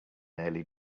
nearly